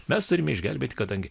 mes turime išgelbėti kadangi